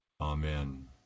Amen